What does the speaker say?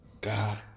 God